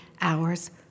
hours